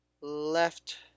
left